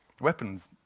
Weapons